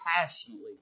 passionately